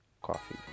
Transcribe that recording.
coffee